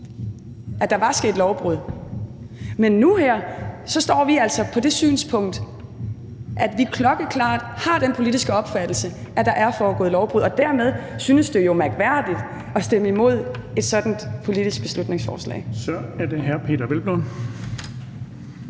at der var sket lovbrud. Nu her står vi altså på det synspunkt, at vi klokkeklart har den politiske opfattelse, at der er foregået lovbrud, og dermed synes det jo mærkværdigt at stemme imod et sådant politisk beslutningsforslag. Kl. 16:21 Den fg.